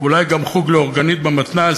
ואולי גם חוג לאורגנית במתנ"ס.